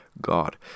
God